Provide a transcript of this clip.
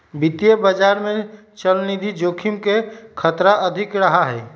वित्तीय बाजार में चलनिधि जोखिम के खतरा अधिक रहा हई